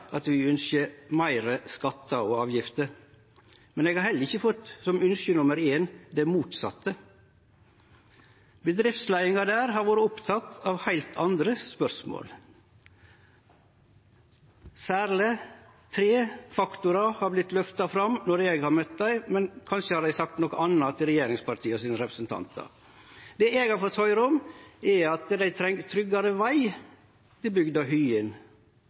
at dei ynskjer meir skattar og avgifter, men eg har heller ikkje fått som ynske nummer éin det motsette. Bedriftsleiinga der har vore oppteke av heilt andre spørsmål. Særleg tre faktorar har vorte løfta fram når eg har møtt dei, men kanskje har dei sagt noko anna til representantane frå regjeringspartia. Det eg har fått høyre om, er at dei treng tryggare veg til bygda